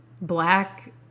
Black